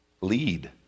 lead